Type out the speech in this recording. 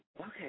Okay